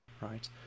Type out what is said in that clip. right